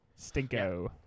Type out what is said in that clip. Stinko